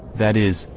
that is,